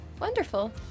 wonderful